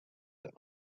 that